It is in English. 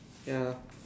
ya